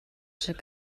шиг